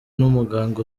n’umuganga